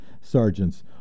sergeants